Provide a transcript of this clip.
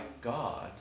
God